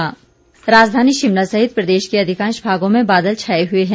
मौसम राजधानी शिमला सहित प्रदेश के अधिकांश भागों में बादल छाए हुए हैं